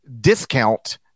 discount